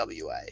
WA